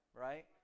Right